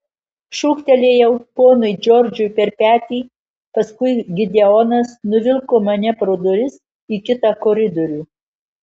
šūktelėjau ponui džordžui per petį paskui gideonas nuvilko mane pro duris į kitą koridorių